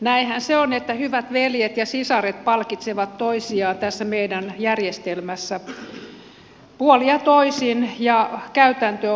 näinhän se on että hyvät veljet ja sisaret palkitsevat toisiaan tässä meidän järjestelmässämme puolin ja toisin ja käytäntö on vanha